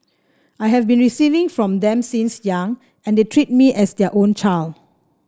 I have been receiving from them since young and they treat me as their own child